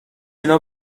اینا